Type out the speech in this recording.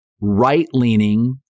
right-leaning